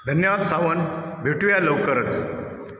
धन्यवाद सावन भेटूया लवकरच